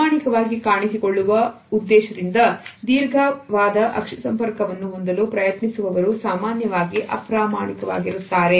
ಪ್ರಾಮಾಣಿಕವಾಗಿ ಕಾಣಿಸಿಕೊಳ್ಳುವ ಉದ್ದೇಶದಿಂದ ದೀರ್ಘವಾದ ಅಕ್ಷಿ ಸಂಪರ್ಕವನ್ನು ಹೊಂದಲು ಪ್ರಯತ್ನಿಸುವವರು ಸಾಮಾನ್ಯವಾಗಿ ಅಪ್ರಾಮಾಣಿಕವಾಗಿರುತ್ತಾರೆ